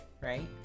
right